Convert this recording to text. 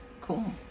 Cool